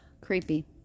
Creepy